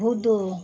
বোঁদে